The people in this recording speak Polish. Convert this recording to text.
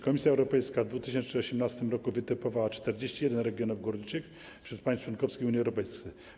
Komisja Europejska w 2018 r. wytypowała 41 regionów górniczych w państwach członkowskich Unii Europejskiej.